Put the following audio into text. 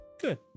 good